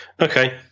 Okay